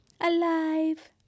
alive